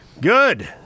Good